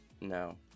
no